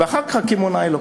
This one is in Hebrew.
ואחר כך הקמעונאי לוקח.